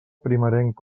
primerenc